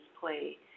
play